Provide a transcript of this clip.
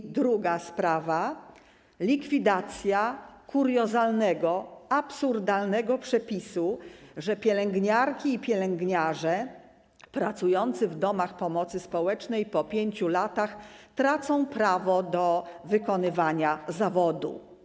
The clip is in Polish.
I druga sprawa: likwidacja kuriozalnego, absurdalnego przepisu stanowiącego, że pielęgniarki i pielęgniarze pracujący w domach pomocy społecznej po 5 latach tracą prawo do wykonywania zawodu.